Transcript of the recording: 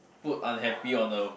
put unhappy on the